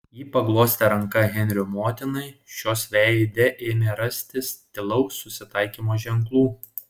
ji paglostė ranką henrio motinai šios veide ėmė rastis tylaus susitaikymo ženklų